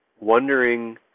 wondering